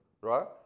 right